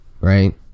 Right